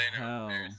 hell